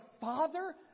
father